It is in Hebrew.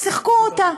שיחקו אותה,